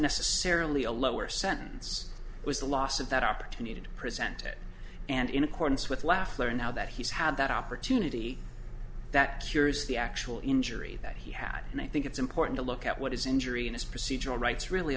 necessarily a lower sentence was the loss of that opportunity to present it and in accordance with laughter now that he's had that opportunity that cures the actual injury that he had and i think it's important to look at what his injury and his procedural rights really